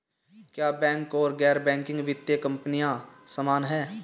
क्या बैंक और गैर बैंकिंग वित्तीय कंपनियां समान हैं?